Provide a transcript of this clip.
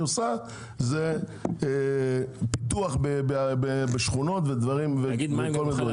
עושה זה פיתוח בשכונות וכל מיני דברים כאלה.